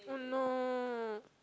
oh no